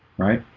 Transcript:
right?